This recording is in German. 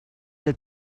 der